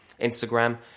Instagram